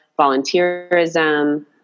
volunteerism